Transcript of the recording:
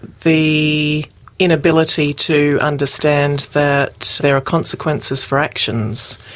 the inability to understand that there are consequences for actions.